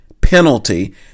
penalty